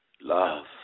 love